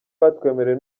batwemereye